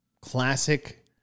classic